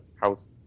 house